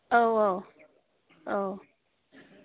औ औ औ